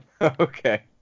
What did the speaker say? Okay